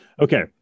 okay